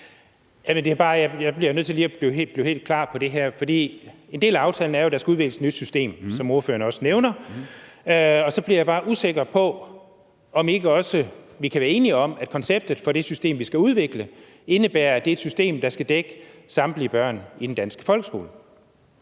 Jeg bliver bare nødt til lige at blive helt klar på det her, for en del af aftalen er jo, at der skal udvikles et nyt system, som ordføreren også nævner. Så bliver jeg bare usikker på, om ikke også vi kan være enige om, at konceptet for det system, vi skal udvikle, indebærer, at det er et system, der skal dække samtlige børn i den danske folkeskole.